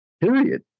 period